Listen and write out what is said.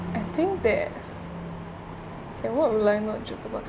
I think that okay what would I not joke about